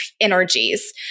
energies